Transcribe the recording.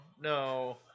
no